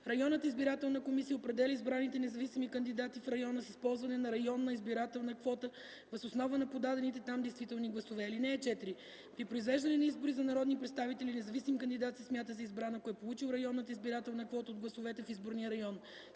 Районната избирателна комисия определя избраните независими кандидати в района с използване на районна избирателна квота въз основа на подадените там действителни гласове. (4) При произвеждане на избори за народни представители независим кандидат се смята за избран, ако е получил районната избирателна квота от гласовете в изборния район.